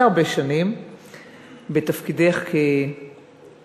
די הרבה שנים בתפקידך כראש,